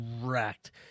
wrecked